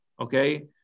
okay